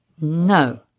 No